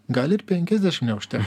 gali ir penkiasdešim neužtekt